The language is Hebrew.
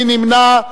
מי נמנע?